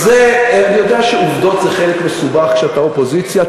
אני יודע שעובדות זה חלק מסובך כשאתה אופוזיציה,